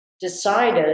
decided